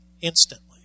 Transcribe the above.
instantly